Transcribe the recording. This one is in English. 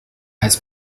has